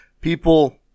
People